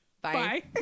Bye